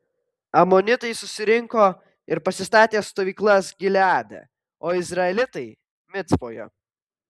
amonitai susirinko ir pasistatė stovyklas gileade o izraelitai micpoje